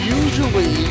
usually